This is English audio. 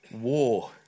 war